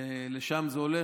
שלשם זה הולך?